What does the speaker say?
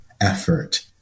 effort